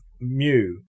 Mu